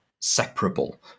separable